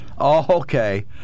okay